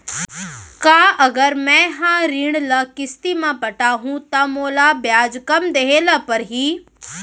का अगर मैं हा ऋण ल किस्ती म पटाहूँ त मोला ब्याज कम देहे ल परही?